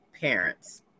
parents